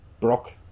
Brock